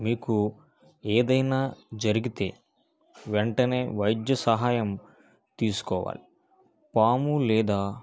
మీకు ఏదైనా జరిగితే వెంటనే వైద్య సహాయం తీసుకోవాలి పాము లేదా